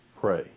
pray